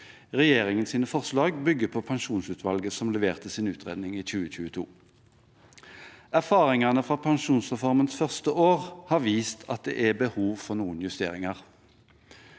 Regjeringens forslag bygger på pensjonsutvalget, som leverte sin utredning i 2022. Erfaringene fra pensjonsreformens første år har vist at det er behov for noen justeringer.